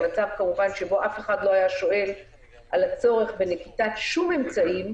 במצב כמובן שבו אף אחד לא היה שואל על הצורך בנקיטת שום אמצעים,